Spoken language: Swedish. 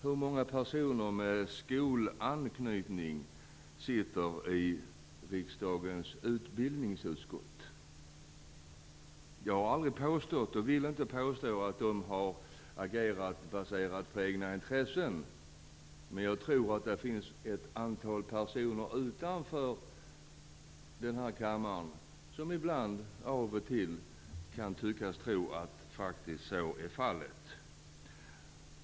Hur många personer med skolanknytning sitter i riksdagens utbildningsutskott? Jag har aldrig påstått, och vill inte påstå, att utskottsledamöterna har agerat utifrån egna intressen, men jag tror att det finns ett antal personer utanför den här kammaren som ibland, av och till, kan tro att så faktiskt är fallet.